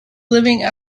living